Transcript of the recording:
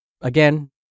Again